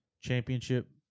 championship